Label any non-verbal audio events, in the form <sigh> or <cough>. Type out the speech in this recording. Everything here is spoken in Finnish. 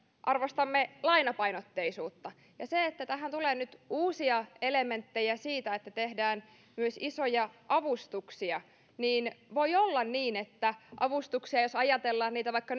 arvostamme lainapainotteisuutta kun tähän tulee nyt uusia elementtejä siinä että tehdään myös isoja avustuksia niin voi olla niin että jos ajatellaan vaikka <unintelligible>